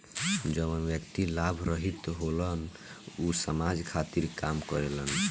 जवन व्यक्ति लाभ रहित होलन ऊ समाज खातिर काम करेलन